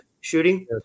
shooting